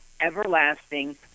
everlasting